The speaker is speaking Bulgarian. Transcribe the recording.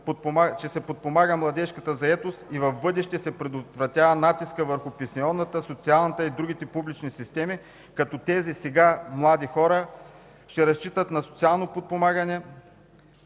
че се подпомага младежката заетост и в бъдеще се предотвратява натискът върху пенсионната, социалната и другите публични системи, като тези сега млади хора ще разчитат на социално подпомагане,